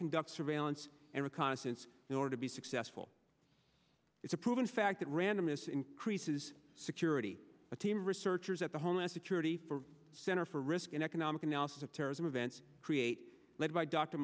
conduct surveillance and reconnaissance in order to be successful it's a proven fact that randomness increases security a team of researchers at the homeland security for center for risk and economic analysis of terrorism events create led by d